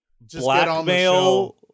blackmail